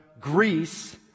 Greece